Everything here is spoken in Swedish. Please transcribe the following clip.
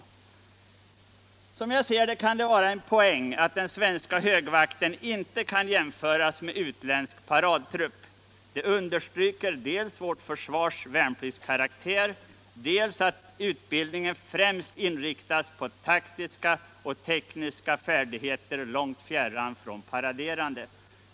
Som jag ser det kan det vara en poäng att den svenska högvakten inte kan jämföras med utländsk paradtrupp. Det understryker dels vårt försvars värnpliktskaraktär, dels utbildningens inriktning främst på taktiska och tekniska färdigheter långt fjärran från paraderande.